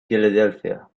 philadelphia